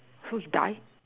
who's died